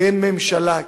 הן כממשלה,